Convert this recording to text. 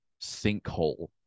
sinkhole